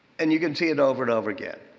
and you can see it over and over again.